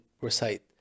recite